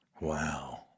Wow